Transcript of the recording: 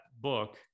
book